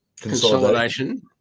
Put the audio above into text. Consolidation